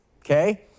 okay